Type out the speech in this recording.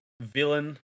villain